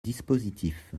dispositif